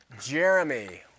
Jeremy